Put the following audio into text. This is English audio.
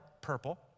purple